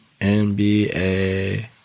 NBA